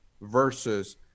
versus